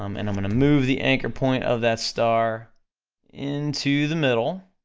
um and i'm gonna move the anchor point of that star into the middle,